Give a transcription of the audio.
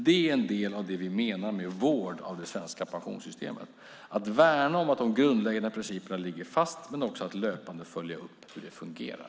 Det är en del av det vi menar med vård av det svenska pensionssystemet: att värna om att de grundläggande principerna ligger fast men också att löpande följa upp hur det fungerar.